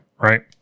Right